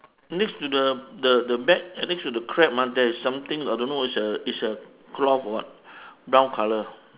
next to the the the bag eh next to the crab ah there's something I don't know it's a it's a cloth or what brown colour